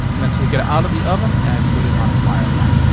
and then take it out of the oven and put it on a wire rack.